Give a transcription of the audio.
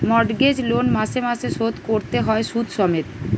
mortgage loan মাসে মাসে শোধ কোরতে হয় শুধ সমেত